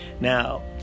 Now